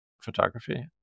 photography